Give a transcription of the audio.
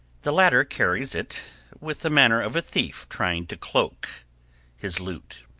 the latter carries it with the manner of a thief trying to cloak his loot.